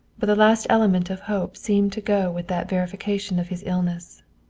but the last element of hope seemed to go with that verification of his illness.